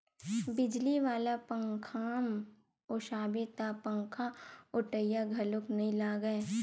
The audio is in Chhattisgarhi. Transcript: बिजली वाला पंखाम ओसाबे त पंखाओटइया घलोक नइ लागय